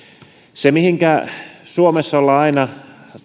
se mihin suomessa ollaan aina